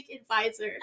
advisor